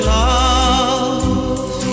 love